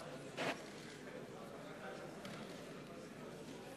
(חותם על ההצהרה)